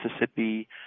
Mississippi